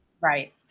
Right